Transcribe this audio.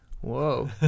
Whoa